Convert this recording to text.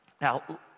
now